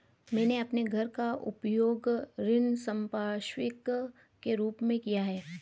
मैंने अपने घर का उपयोग ऋण संपार्श्विक के रूप में किया है